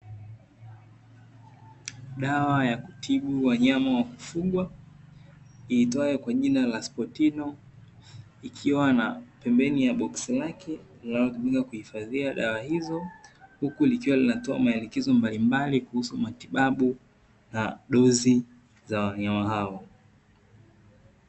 Dawa ya kutibu wanyama wa kufungwa itwayo kwa jina la spotino. Ikiwa na pembeni ya boski lake linalotumika kuhifadhi dawa hizo, huku likiwa linatoa maelezo mbalimbali kuhusu matibabu na dozi la wanyama hao.